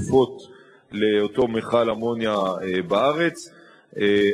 בהתמקדות במכל האמוניה של "חיפה כימיקלים",